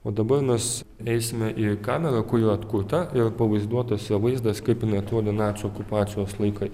o dabar mes eisime į kamerą kurį yra atkurta ir pavaizduotuose vaizdas kaip jinai atrodė nacių okupacijos laikais